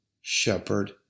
Shepherd